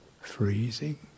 freezing